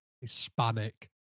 Hispanic